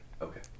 Okay